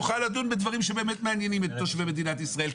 נוכל לדון בדברים שבאמת מעניינים את תושבי מדינת ישראל.